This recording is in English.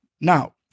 now